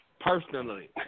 personally